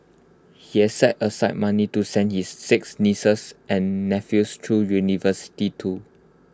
he has set aside money to send his six nieces and nephews through university too